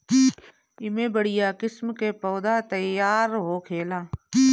एमे बढ़िया किस्म के पौधा तईयार होखेला